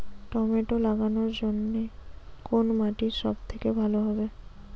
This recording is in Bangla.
টমেটো লাগানোর জন্যে কোন মাটি সব থেকে ভালো হবে?